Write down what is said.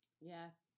Yes